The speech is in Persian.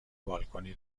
بالکنی